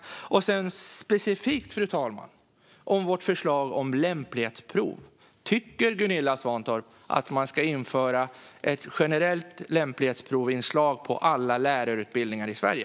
Sedan frågade jag specifikt om vårt förslag om lämplighetsprov. Tycker Gunilla Svantorp att man ska införa ett generellt inslag med lämplighetsprov för alla lärarutbildningar i Sverige?